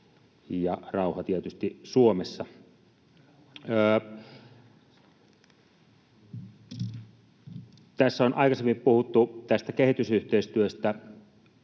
rauha tietysti Suomessa. Tässä on aikaisemmin puhuttu kehitysyhteistyöstä.